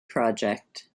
project